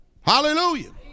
Hallelujah